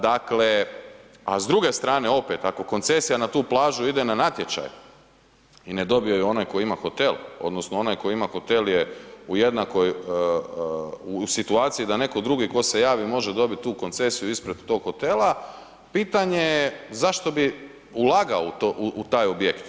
Dakle, a s druge strane opet, ako koncesija na tu plažu ide na natječaj i ne dobije ju onaj ko ima hotel odnosno onaj tko ima hotel je u jednakoj situaciji da netko drugi tko se javi može dobiti tu koncesiju ispred tog hotela, pitanje je zašto bi ulagao u taj objekt.